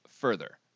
further